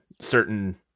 certain